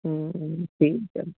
ਠੀਕ ਆ